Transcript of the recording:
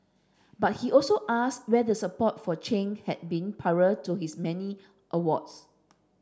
but he also asks where the support for Chen had been prior to his many awards